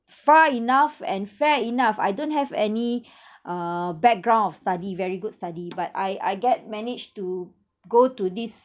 far enough and fair enough I don't have any uh background of study very good study but I I get managed to go to this